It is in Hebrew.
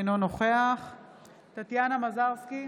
אינו נוכח טטיאנה מזרסקי,